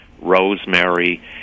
rosemary